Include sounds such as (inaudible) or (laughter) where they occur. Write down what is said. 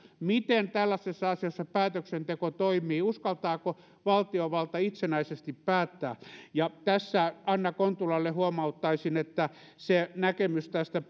miten tällaisessa asiassa päätöksenteko toimii uskaltaako valtiovalta itsenäisesti päättää tässä anna kontulalle huomauttaisin että se näkemys tästä (unintelligible)